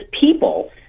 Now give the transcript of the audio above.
people